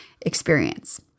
experience